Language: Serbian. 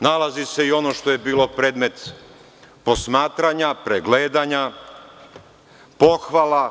Nalazi se i ono što je bilo predmet posmatranja, pregledanja, pohvala.